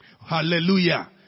Hallelujah